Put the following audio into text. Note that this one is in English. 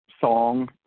song